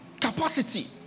Capacity